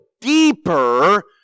deeper